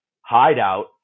hideout